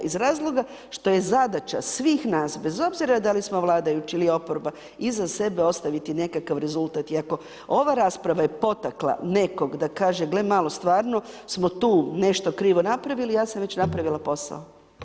Iz razloga što je zadaća svih nas, bez obzira da li smo vladajući ili oporba iza sebe ostaviti nekakav rezultat i ako ova rasprava je potakla nekog da kaže gle malo stvarno smo tu nešto krivo napravili ja sam već napravila posao.